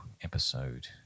episode